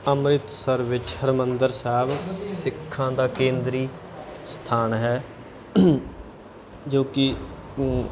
ਅੰਮ੍ਰਿਤਸਰ ਵਿੱਚ ਹਰਿਮੰਦਰ ਸਾਹਿਬ ਸਿੱਖਾਂ ਦਾ ਕੇਂਦਰੀ ਸਥਾਨ ਹੈ ਜੋ ਕਿ